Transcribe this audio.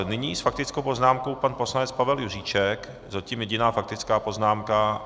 Nyní s faktickou poznámkou pan poslanec Pavel Juříček, zatím jediná faktická poznámka.